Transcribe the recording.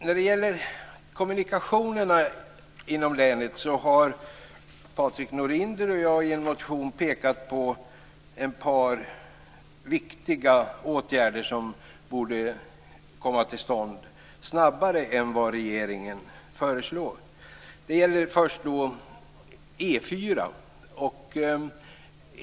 När det gäller kommunikationerna inom länet har Patrik Norinder och jag i en motion pekat på ett par viktiga åtgärder som borde komma till stånd snabbare än vad regeringen föreslår. Det gäller först E 4:an.